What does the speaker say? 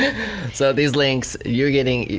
so these links, you're getting,